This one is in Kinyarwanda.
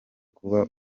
kuba